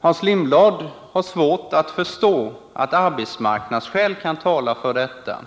Hans Lindblad har svårt att förstå att arbetsmarknadsskäl kan tala för höjningen.